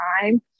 time